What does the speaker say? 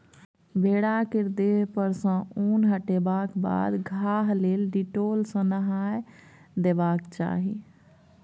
भेड़ा केर देह पर सँ उन हटेबाक बाद घाह लेल डिटोल सँ नहाए देबाक चाही